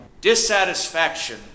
Dissatisfaction